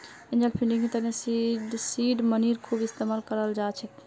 angel फंडिंगर तने seed मनीर खूब इस्तमाल कराल जा छेक